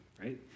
right